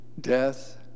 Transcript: death